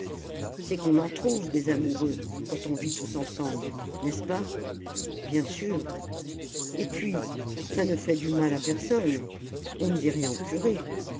c'est qu'on en trouve des amoureux quand on vit tous ensemble n'est-ce pas bien sûr et puis ça ne fait du mal à personne on ne dit rien au curé